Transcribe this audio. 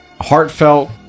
Heartfelt